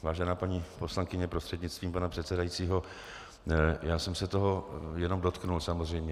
Vážená paní poslankyně prostřednictvím pana předsedajícího, já jsem se toho jenom dotkl samozřejmě.